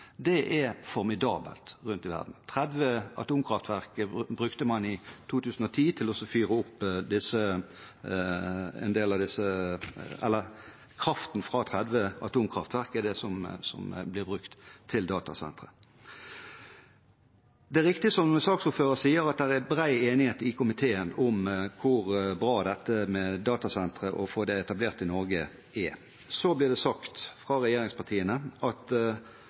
er formidabel rundt omkring i verden. Kraften fra 30 atomkraftverk blir brukt til datasentrene. Det er riktig som saksordføreren sier, at det er bred enighet i komiteen om hvor bra det er å få etablert datasentre i Norge. Så blir det sagt fra regjeringspartiene at